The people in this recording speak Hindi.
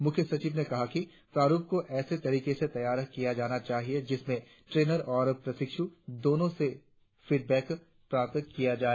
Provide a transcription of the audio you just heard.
मुख्य सचिव ने कहा कि प्रारुप को ऐसे तरीके से तैयार किया जाना चाहिए जिसमें ट्रेनर और प्रशिक्षू दोनों से फीड बेक प्राप्त किया जाए